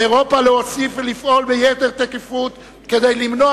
על אירופה להוסיף ולפעול ביתר תקיפות כדי למנוע,